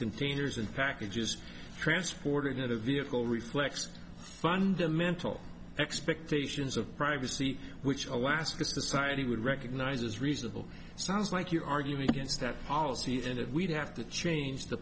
containers and packages transported a vehicle reflects fundamental expectations of privacy which alaska society would recognize as reasonable sounds like you're arguing against that policy and if we'd have to change the